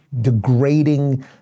degrading